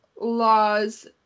laws